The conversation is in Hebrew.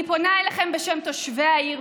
אני פונה אליכם בשם תושבי העיר,